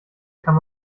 kann